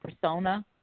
persona